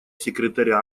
секретаря